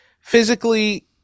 physically